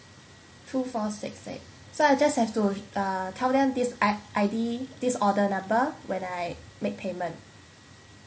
two four six eight so I just have to uh tell them this I I_D this order number when I make payment